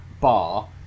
bar